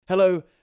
Hello